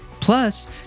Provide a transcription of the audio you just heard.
Plus